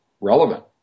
relevant